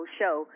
show